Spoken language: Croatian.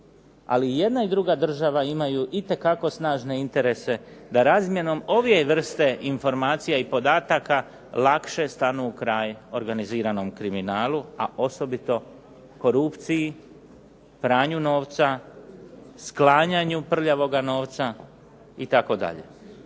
Ali i jedna i druga država imaju itekako snažne interese da razmjenom ove vrste informacija i podataka lakše stanu u kraj organiziranom kriminalu, a osobito korupciji, pranju novca, sklanjanju prljavoga novca itd.